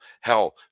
Hell